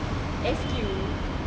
S_Q